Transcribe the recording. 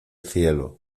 cielo